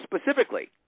specifically